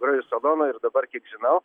praėjusiu sezonu ir dabar kiek žinau